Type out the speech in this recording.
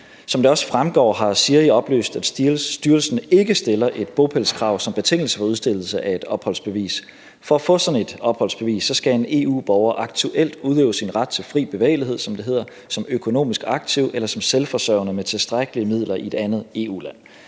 Som det også fremgår, har SIRI oplyst, at styrelsen ikke stiller et bopælskrav som betingelse for udstedelse af et opholdsbevis. For at få sådan et opholdsbevis, skal en EU-borger aktuelt udøve sin ret til fri bevægelighed, som det hedder, som økonomisk aktiv eller som selvforsørgende med tilstrækkelige midler i et andet EU-land.